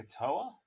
Katoa